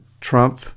Trump